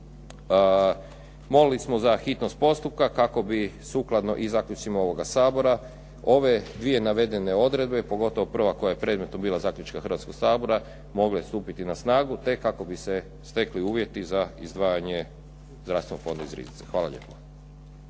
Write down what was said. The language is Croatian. Molili smo za hitnost postupka kako bi sukladno i zaključcima ovoga Sabora ove dvije navedene odredbe pogotovo prva koja je predmetom bila zaključka Hrvatskog sabora mogle stupiti na snagu te kako bi se stekli uvjeti za izdvajanje zdravstvenog fonda iz riznice. Hvala lijepo.